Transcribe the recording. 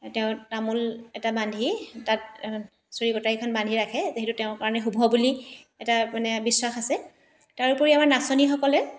তেওঁ তামোল এটা বান্ধি তাত চুৰী কটাৰীখন বান্ধি ৰাখে যিহেতু তেওঁ কাৰণে শুভ বুলি এটা মানে বিশ্বাস আছে তাৰোপৰি আমাৰ নাচনীসকলে